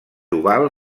oval